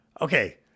Okay